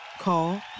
Call